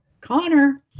Connor